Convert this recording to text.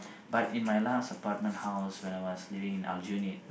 but in my last apartment house when I was living in Aljunied